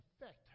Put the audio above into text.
effect